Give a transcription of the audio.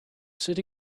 city